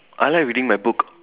I like reading my book